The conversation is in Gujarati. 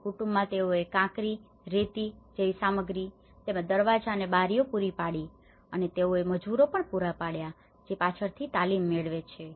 તેથી કુટુંબમાં તેઓએ કાંકરી રેતી જેવી સામગ્રી તેમજ દરવાજા અને બારીઓ પૂરી પાડી અને તેઓએ મજૂરો પણ પૂરા પાડ્યા જેઓ પાછળથી તાલીમ મેળવે છે